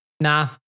Nah